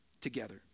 together